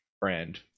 brand